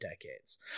decades